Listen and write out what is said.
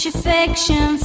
affection